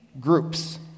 groups